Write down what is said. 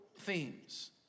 themes